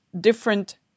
different